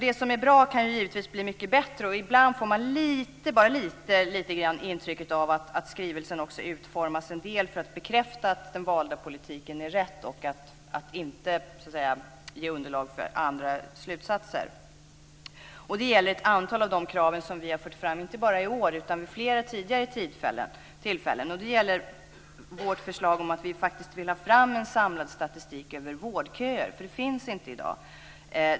Det som är bra kan givetvis bli mycket bättre, och ibland får man lite grann intrycket av att skrivelsen utformats delvis för att bekräfta att den valda politiken är rätt och inte ger underlag för andra slutsatser. Det gäller ett antal av de krav som vi har fört fram inte bara i år utan vid flera tidigare tillfällen. Det gäller vårt förslag om att vi vill få fram en samlad statistik över vårdköer. Den finns inte i dag.